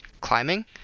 climbing